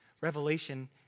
Revelation